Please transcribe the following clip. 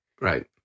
Right